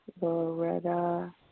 Loretta